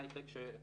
מה יקרה אם